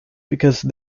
because